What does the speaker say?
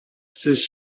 сез